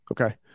Okay